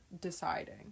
deciding